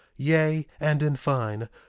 yea, and in fine,